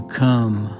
come